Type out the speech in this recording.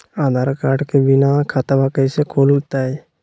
आधार card के बिना खाताबा कैसे खुल तय?